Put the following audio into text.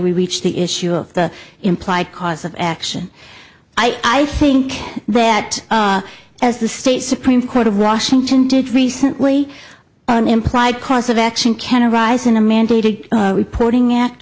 we reach the issue of the implied cause of action i think that as the state supreme court of washington did recently an implied cause of action can arise in a mandated reporting act